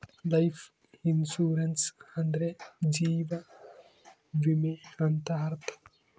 life insurance ಅಂದ್ರೆ ಜೀವ ವಿಮೆ ಅಂತ ಅರ್ಥ